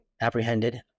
apprehended